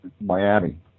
Miami